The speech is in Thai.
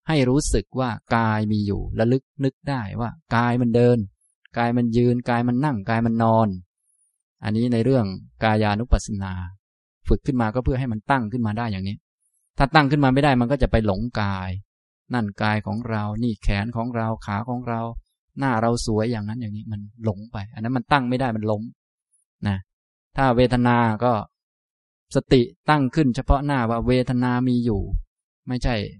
ให้รู้สึกว่ากายมีอยู่ ระลึกนึกได้ว่ากายมันเดิน กายมันยืน กายมันนั่ง กายมันนอน อันนี้ในเรื่องกายานุปัสสนา ฝึกขึ้นมาก็เพื่อให้มันตั้งขึ้นมาได้อย่างนี้ ถ้าตั้งขึ้นมาไม่ได้ มันก็จะไปหลงกาย นั่นกายของเรา นี่แขนของเรา ขาของเรา หน้าเราสวยอย่างนั้นอย่างนี้ มันหลงไป อันนั้นมันตั้งไม่ได้ มันหลงนะ ถ้าเวทนาก็สติตั้งขึ้นเฉพาะหน้าว่าเวทนามีอยู่ ไม่ใช่